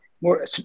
more